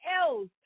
else